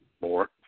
more